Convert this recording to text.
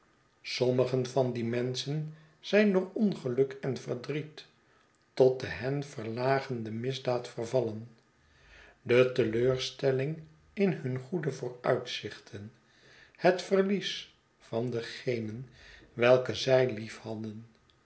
sommigen van die menschen zijn door ongeluk en verdriet tot de hen verlagende misdaad vervallen de teleurstelling in hun goede vooruitzichten het verlies van degenen welke zij lief